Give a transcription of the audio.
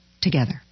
together